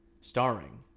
starring